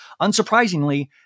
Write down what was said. Unsurprisingly